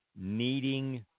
needing